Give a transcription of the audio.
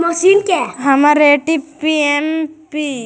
हमर ATM PIN भूला गेली हे, तो का करि?